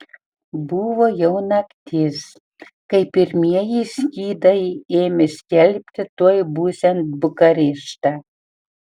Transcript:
buvo jau naktis kai pirmieji skydai ėmė skelbti tuoj būsiant bukareštą